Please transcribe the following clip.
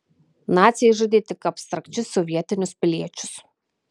naciai žudė tik abstrakčius sovietinius piliečius